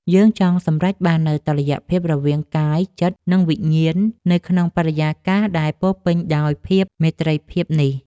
យើងចង់សម្រេចបាននូវតុល្យភាពរវាង កាយ ចិត្ត និងវិញ្ញាណ នៅក្នុងបរិយាកាសដែលពោរពេញដោយភាពមេត្រីភាពនេះ។